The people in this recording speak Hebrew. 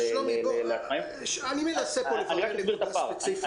שלומי, אני מנסה לברר פה נקודה ספציפית.